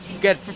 get